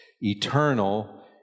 eternal